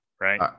right